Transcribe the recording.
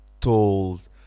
told